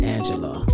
Angela